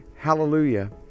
hallelujah